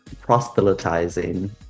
proselytizing